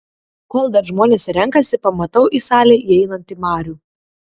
kol dar žmonės renkasi pamatau į salę įeinantį marių